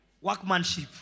workmanship